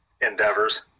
endeavors